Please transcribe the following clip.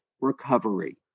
recovery